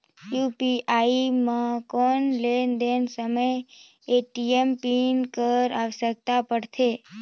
UPI म कौन लेन देन समय ए.टी.एम पिन कर आवश्यकता पड़थे?